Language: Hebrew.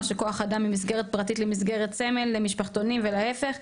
של כוח אדם ממסגרת פרטית למסגרת סמל למשפחתונים ולהפך,